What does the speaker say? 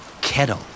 Kettle